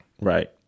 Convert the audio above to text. Right